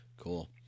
Cool